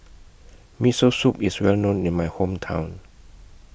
Miso Soup IS Well known in My Hometown